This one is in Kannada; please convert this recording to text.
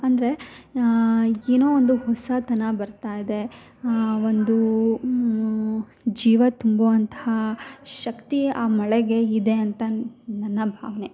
ಅಂದರೆ ಏನೋ ಒಂದು ಹೊಸತನ ಬರ್ತಾಯಿದೆ ಒಂದೂ ಜೀವ ತುಂಬೋ ಅಂಥ ಶಕ್ತಿ ಆ ಮಳೆಗೆ ಇದೆ ಅಂತ ನನ್ನ ಭಾವನೆ